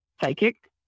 psychic